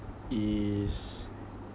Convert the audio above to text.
is